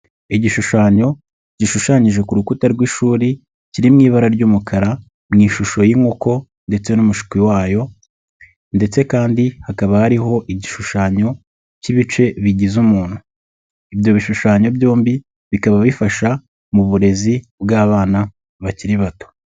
Igishushanyo gishushanyije ku rukuta rw'ishuri kiri mu ibara ry'umukara mu ishusho y'inkoko ndetse n'umushiki wayo ndetse kandi hakaba hariho igishushanyo cy'ibice bigize umuntu. Ibyo bishushanyo byombi bikaba bifasha mu burezi bw'abana bakiri bato.